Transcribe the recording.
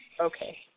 Okay